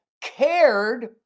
Cared